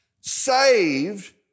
saved